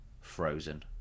frozen